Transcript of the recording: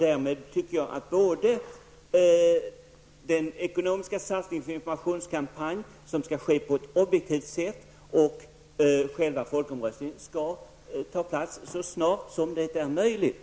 Jag tycker att både den ekonomiska satsningen på en informationskampanj, som skall genomföras på ett objektivt sätt, och själva folkomröstningen skall äga rum så snart som möjligt.